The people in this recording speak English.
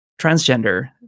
transgender